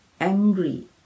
angry